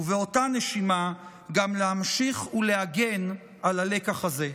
ובאותה נשימה גם להמשיך ולהגן על הלקח הזה.